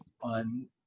on